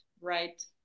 right